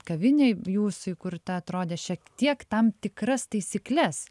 kavinė jūsų įkurta atrodė šiek tiek tam tikras taisykles